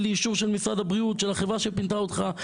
לי אישור של משרד הבריאות של החברה שפינתה אותך,